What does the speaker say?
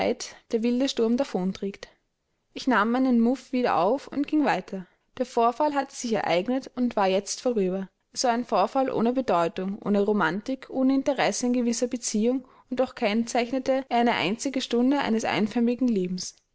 der wilde sturm davonträgt ich nahm meinen muff wieder auf und ging weiter der vorfall hatte sich ereignet und war jetzt vorüber es war ein vorfall ohne bedeutung ohne romantik ohne interesse in gewisser beziehung und doch kennzeichnete er eine einzige stunde eines einförmigen lebens